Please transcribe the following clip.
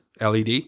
LED